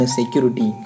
security